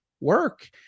work